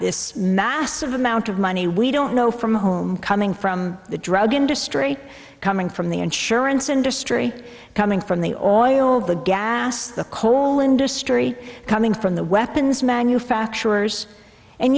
this massive amount of money we don't know from home coming from the drug industry coming from the insurance industry coming from the oil the gas the coal industry coming from the weapons manufacturers and